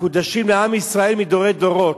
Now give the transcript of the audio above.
המקודשים לעם ישראל מדורי דורות,